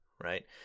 Right